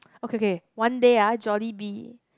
okay okay one day ah Jollibee